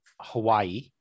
Hawaii